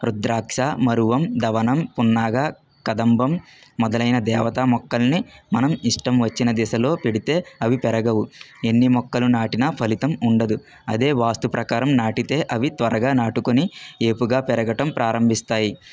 రుద్రాక్ష మరువం దవనం పున్నాగ కదంబం మొదలైన దేవతా మొక్కలని మనం ఇష్టం వచ్చిన దిశలో పెడితే అవి పెరగవు ఎన్ని మొక్కలు నాటినా ఫలితం ఉండదు అదే వాస్తు ప్రకారం నాటితే అవి త్వరగా నాటుకొని ఏపుగా పెరగడం ప్రారంభిస్తాయి